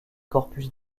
corpus